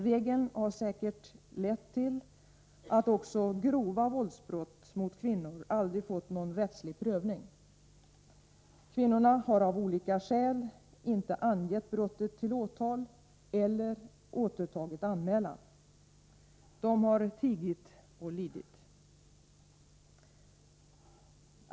Regeln har säkert lett till att också grova våldsbrott mot kvinnor aldrig fått någon rättslig prövning. Kvinnorna har av olika skäl inte angett brottet till åtal, eller återtagit anmälan. De har tigit och lidit.